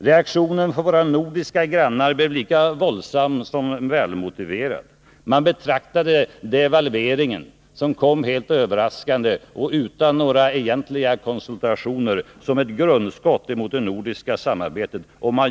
Reaktionen från våra nordiska grannar blev lika våldsam som den var välmotiverad. De betraktade — med all rätt — devalveringen, som kom helt överraskande och utan några egentliga konsultationer, som ett grundskott mot det nordiska samarbetet.